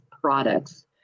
products